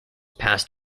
passed